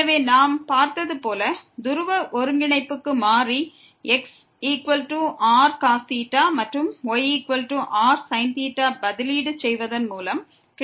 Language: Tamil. எனவே நாம் பார்த்தது போல துருவ ஒருங்கிணைப்புக்கு மாறுவது xrcos மற்றும் yrsin ஐ பதிலீடு செய்வதன் மூலம் கிடைக்கிறது